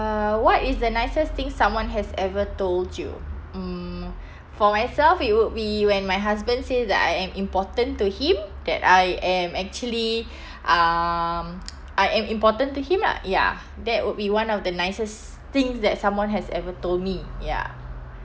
uh what is the nicest thing someone has ever told you mm for myself it would be when my husband say that I am important to him that I am actually um I am important to him lah ya that would be one of the nicest things that someone has ever told me ya